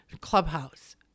Clubhouse